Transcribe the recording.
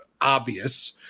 obvious